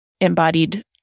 embodied